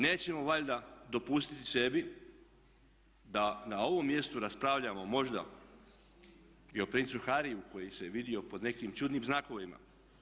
Nećemo valja dopustiti sebi da na ovom mjestu raspravljamo možda i o princu Harryju koji se vidio pod nekim čudnim znakovima.